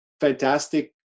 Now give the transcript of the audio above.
fantastic